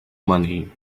money